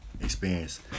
experience